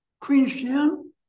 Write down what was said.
Queenstown